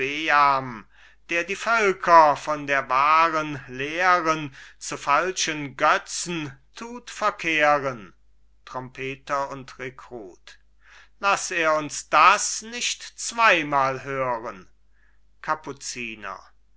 der die völker von der wahren lehren zu falschen götzen tut verkehren trompeter und rekrut laß er uns das nicht zweimal hören kapuziner